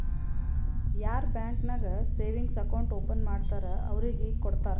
ಯಾರ್ ಬ್ಯಾಂಕ್ ನಾಗ್ savings account open ಮಾಡ್ತಾರ್ ಅವ್ರಿಗ ಕೊಡ್ತಾರ್